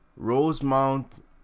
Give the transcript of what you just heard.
Rosemount